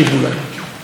בכלל,